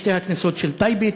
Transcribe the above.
משתי הכניסות של טייבה,